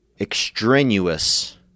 extraneous